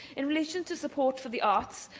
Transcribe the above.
in relation to support for the arts,